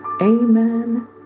amen